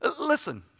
Listen